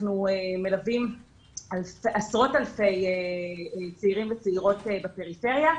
אנחנו מלווים עשרות אלפי צעירים וצעירות בפריפריה.